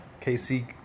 Casey